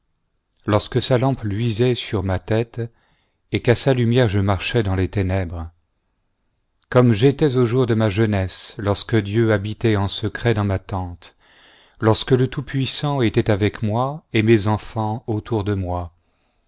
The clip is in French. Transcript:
lorsque sa lampe luisait sur ma tête et qu'à sa lumière je marchais dans les ténèbres comme j'étais aux jours de ma jeunesse lorsque dieu habitait en secret dans ma tente lorsque le tout-puissant était avec moi et mes enfants autour de moi